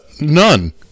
none